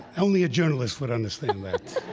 only a journalist would understand that.